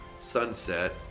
sunset